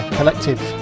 Collective